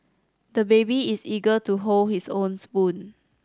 the baby is eager to hold his own spoon